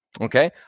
okay